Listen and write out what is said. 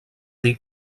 dir